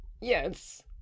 yes